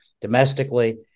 domestically